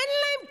אין להם כלום.